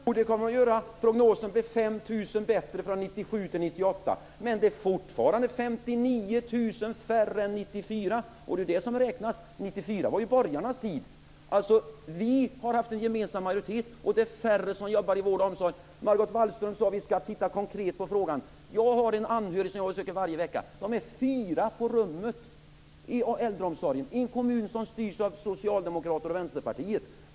Fru talman! Ja, det kommer det att göra. Prognosen visar att det blir 5 000 fler anställda 1998 än 1997. Men fortfarande är det 59 000 färre anställda än 1994, och det är det som räknas. 1994 var ju borgarnas tid. Vi har haft en gemensam majoritet, och det är färre som jobbar i vård och omsorg. Margot Wallström sade att vi skall se konkret på frågan. Jag har en anhörig som jag besöker varje vecka. De är fyra på rummet i äldreomsorgen - i en kommun som styrs av socialdemokrater och vänsterpartister!